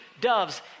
doves